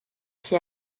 qui